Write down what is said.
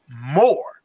more